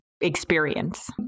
experience